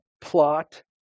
plot